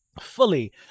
Fully